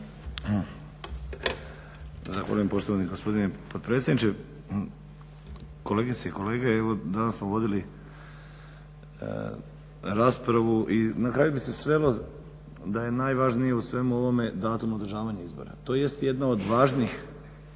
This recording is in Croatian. Zahvaljujem poštovani gospodine potpredsjedniče, kolegice i kolege. Evo danas smo vodili raspravu i na kraju bi se svelo da je najvažnije u svemu ovome datum održavanja izbora. To jest jedno od važnih